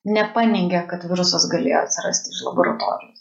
nepaneigė kad virusas galėjo atsirasti iš laboratorijos